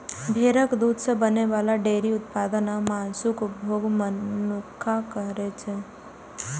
भेड़क दूध सं बनै बला डेयरी उत्पाद आ मासुक उपभोग मनुक्ख करै छै